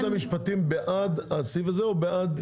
משרד המשפטים בעד הסעיף הזה או בעד מה שהם אומרים?